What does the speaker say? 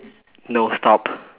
no stop